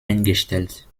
eingestellt